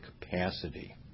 capacity